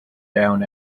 down